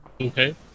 Okay